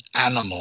animal